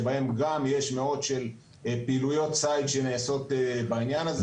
שבהם גם יש מאות של פעילויות ציד שנעשות בעניין הזה.